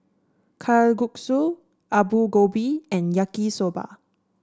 Kalguksu Alu Gobi and Yaki Soba